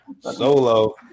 Solo